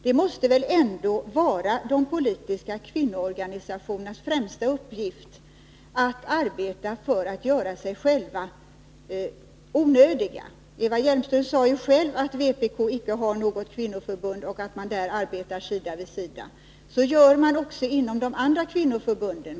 Det måste väl ändå vara de politiska kvinnoorganisationernas främsta uppgift att arbeta för att göra sig själva onödiga. Eva Hjelmström sade i kväll att vpk icke har något kvinnoförbund och att man inom det partiet arbetar sida vid sida. Så gör man också inom kvinnoförbunden.